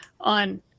on